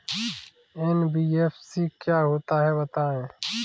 NBFC क्या होता है बताएँ?